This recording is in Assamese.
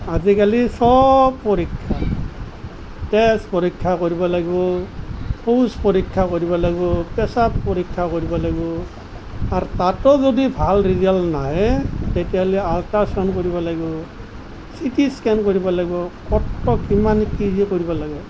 আজিকালি সব পৰীক্ষা তেজ পৰীক্ষা কৰিব লাগিব শৌচ পৰীক্ষা কৰিব লাগিব পেচাব পৰীক্ষা কৰিব লাগিব আৰু তাতো যদি ভাল ৰিজাল্ট নাহে তেতিয়াহ'লে আলট্ৰাচাউণ্ড কৰিব লাগিব চিটিস্কেন কৰিব লাগিব ক'ত কিমান কিযে কৰিব লাগে